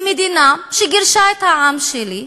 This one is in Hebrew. ממדינה שגירשה את העם שלי,